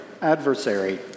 Adversary